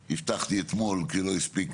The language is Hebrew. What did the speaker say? הבטחתי אתמול כי לא הספיק